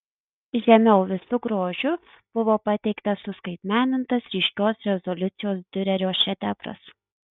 žemiau visu grožiu buvo pateiktas suskaitmenintas ryškios rezoliucijos diurerio šedevras